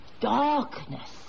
darkness